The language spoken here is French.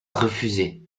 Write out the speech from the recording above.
refusée